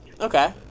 Okay